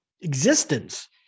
existence